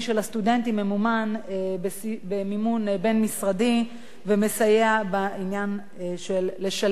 ממומן במימון בין-משרדי ומסייע בשילוב,